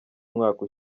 umwaka